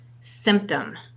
symptom